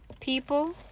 people